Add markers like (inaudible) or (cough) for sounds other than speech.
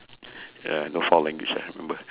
(breath) uh no foul language ah remember